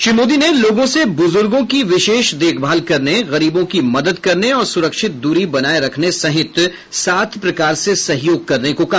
श्री मोदी ने लोगों से बुजुर्गों की विशेष देखभाल करने गरीबों की मदद करने और सुरक्षित दूरी बनाये रखने सहित सात प्रकार से सहयोग करने को कहा